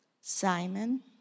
Simon